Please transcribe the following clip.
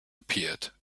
appeared